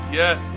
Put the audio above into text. yes